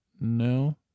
No